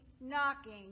knocking